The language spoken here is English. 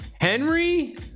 Henry